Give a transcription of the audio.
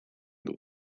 dut